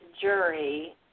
jury